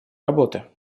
работы